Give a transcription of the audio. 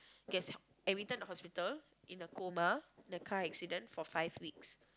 gets admitted into hospital in a coma the car accident for five weeks